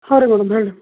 ಹಾಂ ರೀ ಮೇಡಮ್ ಹೇಳಿ